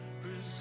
present